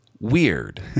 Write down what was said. weird